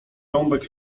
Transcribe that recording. rąbek